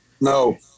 No